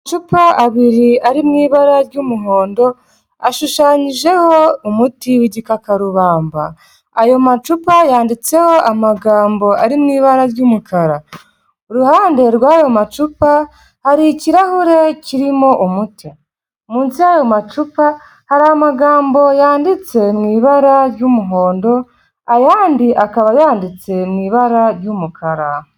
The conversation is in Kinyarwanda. Amacupa abiri ari mu ibara ry'umuhondo, ashushanyijeho umuti w'igikakarubamba, ayo macupa yanditseho amagambo ari mu ibara ry'umukara, iruhande rw'ayo macupa hari ikirahure kirimo umuti, munsi y'ayo macupa hari amagambo yanditse mu ibara ry'umuhondo, ayandi akaba yanditse mu ibara ry'umukara.